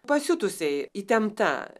pasiutusiai įtempta